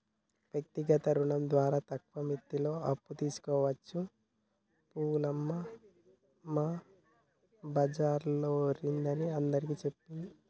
వ్యక్తిగత రుణం ద్వారా తక్కువ మిత్తితో అప్పు తీసుకోవచ్చని పూలమ్మ మా బజారోల్లందరిని అందరికీ చెప్పింది